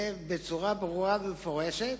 זה בצורה ברורה ומפורשת.